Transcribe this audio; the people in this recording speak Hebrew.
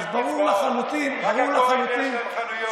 אז ברור לחלוטין, רק לגויים יש חנויות.